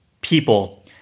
people